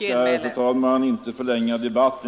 Fru talman! Jag skall inte förlänga debatten.